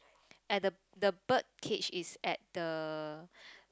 at the the bird cage is at the